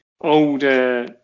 older